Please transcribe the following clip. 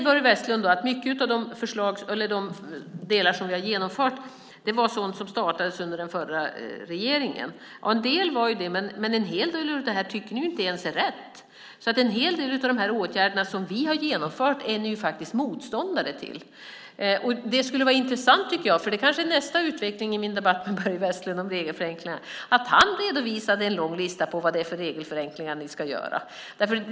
Börje Vestlund säger att mycket av de delar som vi har genomfört var sådant som startades under den förra regeringen. En del var det, men en del av det här tycker ni ju inte ens är rätt! En hel del av de åtgärder som vi har genomfört är ni motståndare till. Nästa utveckling i min debatt med Börje Vestlund om regelförenklingar kanske är att han redovisar en lång lista på vad det är för regelförenklingar ni ska göra. Det skulle vara intressant.